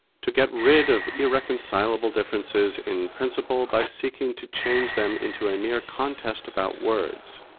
to get rid of irreconcilable differences in principle by seeking to change them into a mere contest about words,